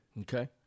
Okay